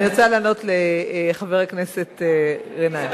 אני רוצה לענות לחבר הכנסת גנאים.